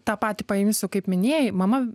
tą patį paimsiu kaip minėjai mama